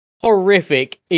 horrific